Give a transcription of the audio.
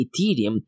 Ethereum